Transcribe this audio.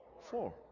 Four